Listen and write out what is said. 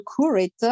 curator